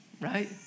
right